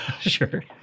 Sure